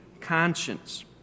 conscience